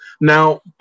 Now